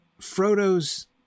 Frodo's